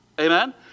Amen